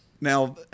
now